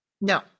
No